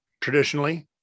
traditionally